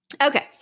Okay